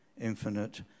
infinite